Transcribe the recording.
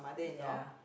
ya